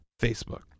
facebook